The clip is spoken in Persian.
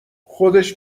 خودش